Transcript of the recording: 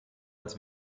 als